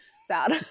Sad